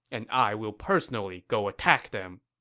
and i will personally go attack them.